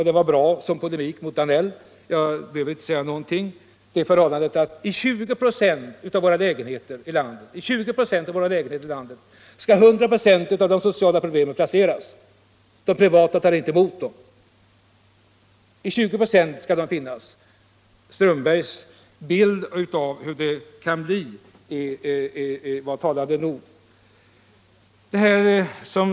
Den var bra som polemik mot herr Danell, och jag behöver inte tillägga någonting till den. Ta t.ex. det förhållandet att man i 20 96 av landets lägenheter placerar 100 96 av de sociala problemfallen, eftersom de privata fastighetsägarna inte tar emot dem. Herr Strömbergs bild av hur det ser ut i detta avseende var talande nog.